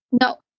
no